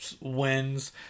wins